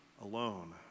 alone